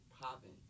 popping